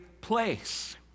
place